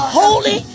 holy